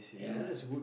yeah